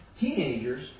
Teenagers